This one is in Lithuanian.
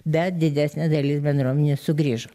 bet didesnė dalis bendruomenės sugrįžo